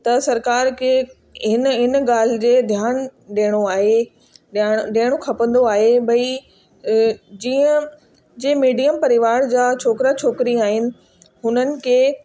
त सरकार के हिन हिन ॻाल्हि जे ध्यानु ॾियणो आहे ध्यानु ॾियणो खपंदो आहे भई जीअं जे मीडियम परिवार जा छोकिरा छोकरी आहिनि हुननि खे